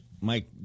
Mike